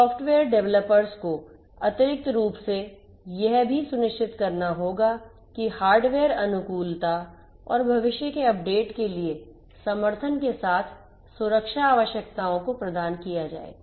software developers को अतिरिक्त रूप से यह भी सुनिश्चित करना होगा कि हार्डवेयर अनुकूलता और भविष्य के अपडेट के लिए समर्थन के साथ सुरक्षा आवश्यकताओं को प्रदान किया जाए